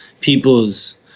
people's